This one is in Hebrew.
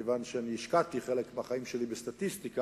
מכיוון שאני השקעתי חלק מהחיים שלי בסטטיסטיקה,